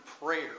prayer